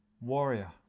warrior